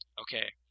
Okay